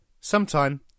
Sometime